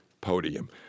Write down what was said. podium